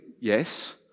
yes